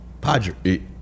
padre